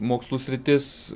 mokslų sritis